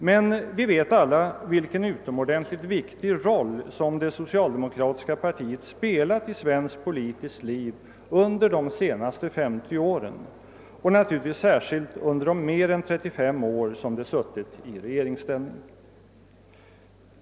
Men vi vet alla vilken utomordentligt viktig roll som det socialdemokratiska partiet spelat i svenskt politiskt liv under de senaste femtio åren och naturligtvis särskilt under de mer än trettiofem år som det suttit i regeringsställning.